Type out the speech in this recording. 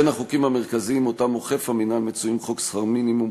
בין החוקים המרכזיים שאוכף המינהל מצויים חוק שכר מינימום,